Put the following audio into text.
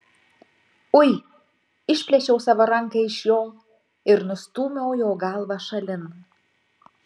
ui išplėšiau savo ranką iš jo ir nustūmiau jo galvą šalin